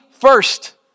first